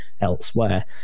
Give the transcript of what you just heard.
elsewhere